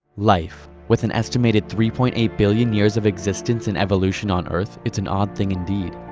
life with an estimated three point eight billion years of existence in evolution on earth, it's an odd thing indeed.